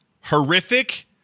horrific